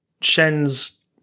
Shen's